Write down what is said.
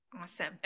Awesome